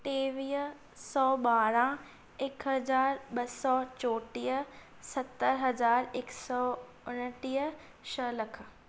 टेवीह सौ ॿारहं हिकु हज़ारु ॿ सौ चोटीह सत हज़ार हिकु सौ उणटीह छह लख